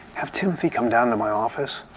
have timothy come down to my office.